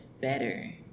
better